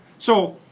so,